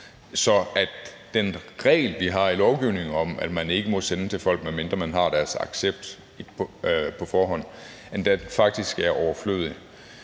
at den regel, vi har i lovgivningen om, at man ikke må sende til folk, medmindre man har deres accept på forhånd, faktisk er overflødig.